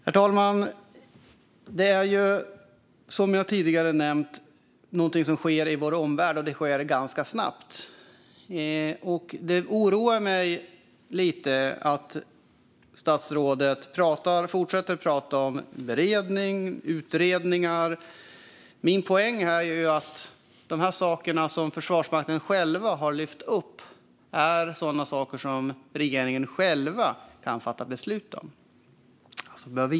Herr talman! Det sker som jag tidigare nämnt saker ganska snabbt i vår omvärld. Det oroar mig lite att statsrådet fortsätter att prata om beredning och utredningar. Min poäng är att de saker som Försvarsmakten själv har lyft fram är sådana saker som regeringen själv kan fatta beslut om.